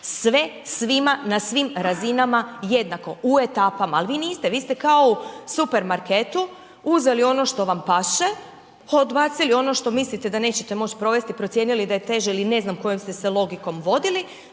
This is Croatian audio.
Sve svima na svim razinama jednako u etapama. Ali vi niste, vi ste kao u supermarketu uzeli ono što vam paše, odbacili ono što mislite da nećete moći provesti, procijenili da je teže ili ne znam kojom ste se logikom vodili,